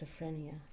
schizophrenia